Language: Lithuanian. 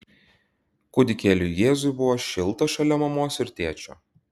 kūdikėliui jėzui buvo šilta šalia mamos ir tėčio